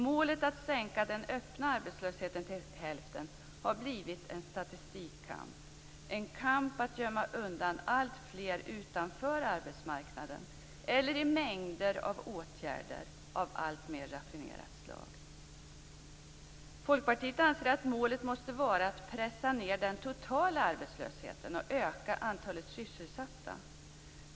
Målet att sänka den öppna arbetslösheten till hälften har blivit en statistikkamp, en kamp att gömma undan alltfler utanför arbetsmarknaden eller i mängder av åtgärder av alltmer raffinerat slag. Folkpartiet anser att målet måste vara att pressa ned den totala arbetslösheten och öka antalet sysselsatta.